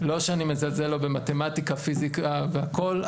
לא שאני מזלזל לא במתמטיקה פיזיקה והכל,